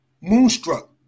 Moonstruck